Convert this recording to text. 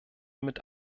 mit